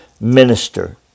minister